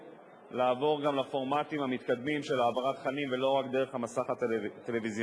לעבור גם לפורמטים המתקדמים של העברת תכנים ולא רק דרך המסך הטלוויזיוני.